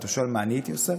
אם אתה שואל מה אני הייתי עושה,